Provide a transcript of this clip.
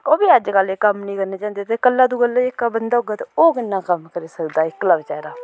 ओह् बी अज्जकल एह् कम्म करन नी जंदे कल्ला दूआ कल्ला बंदा ओह् किन्ना कम्म करी सकदा ऐ इक्कला बेचारा